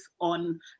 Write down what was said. on